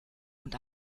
und